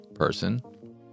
person